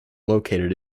located